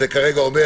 זה כרגע אומר